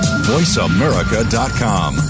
VoiceAmerica.com